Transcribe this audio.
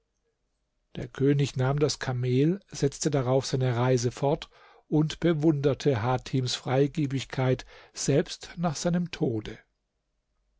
der könig nahm das kamel setzte darauf seine reise fort und bewunderte hatims freigibigkeit selbst nach seinem tode